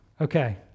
Okay